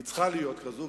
היא צריכה להיות כזאת,